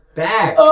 back